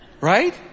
Right